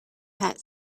hat